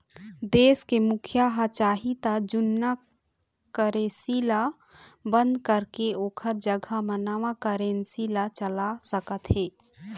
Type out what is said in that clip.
देश के मुखिया ह चाही त जुन्ना करेंसी ल बंद करके ओखर जघा म नवा करेंसी ला चला सकत हे